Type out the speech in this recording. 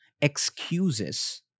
excuses